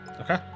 Okay